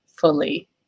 fully